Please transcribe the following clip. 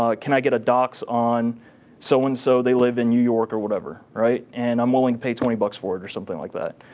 ah can i get a dox on so and so, they live in new york or whatever, and i'm willing to pay twenty bucks for it or something like that.